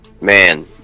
Man